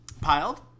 Piled